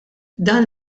dan